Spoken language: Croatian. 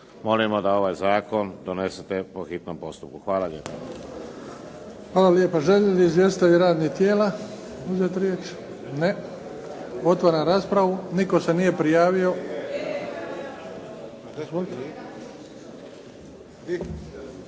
Molimo da ovaj zakon donesete po hitnom postupku. Hvala lijepa.